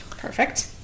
Perfect